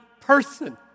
person